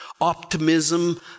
Optimism